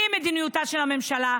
על מדיניות הממשלה,